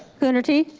coonerty?